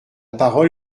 parole